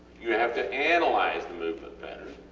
you have to analyze the movement pattern,